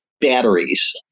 batteries